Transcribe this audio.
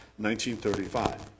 1935